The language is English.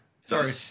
Sorry